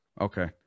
Okay